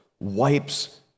wipes